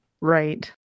Right